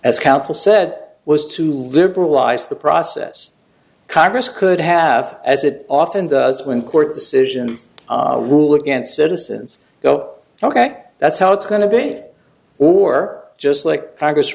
as counsel said was to liberalize the process congress could have as it often does when court decision rule against citizens go ok that's how it's going to be a war just like congress